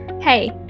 Hey